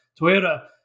Toyota